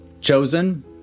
chosen